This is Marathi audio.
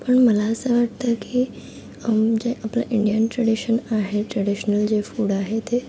पण मला असं वाटतं की म्हणजे आपलं इंडियन ट्रॅडीशन आहे ट्रॅडिशनल जे फूड आहे ते